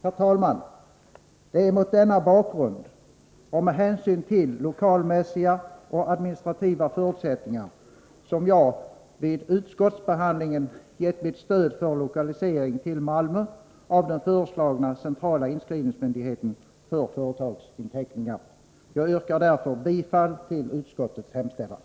Om man, som Martin Olsson gör, åberopar sysselsättningsmässiga skäl för en lokalisering till Sundsvall måste samma skäl med samma styrka kunna anges för lokalisering till Malmö av den nya inskrivningsmyndigheten för företagsinteckningar. Herr talman! Jag yrkar bifall till utskottets hemställan.